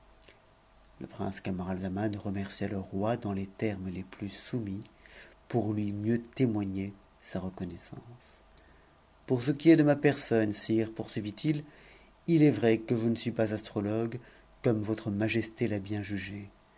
le prince camaralzaman remercia le roi dans les termes les plus soumis pour lui mieux témoigner sa reconnaissance pour ce qui est je ma personne sire poursuivit-il il est vrai que je ne suis pas astrologue ommc votre majesté l'a bien jugé